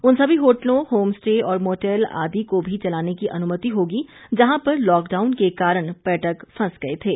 उन सभी होटलों होम स्टे और मोटल आदि को भी चलाने की अनुमति होगी जहां पर लॉकडाउन के कारण पर्यटक फंस गए थे